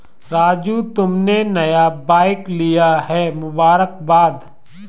राजू तुमने नया बाइक लिया है मुबारकबाद